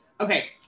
Okay